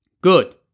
Good